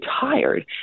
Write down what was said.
tired